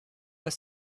but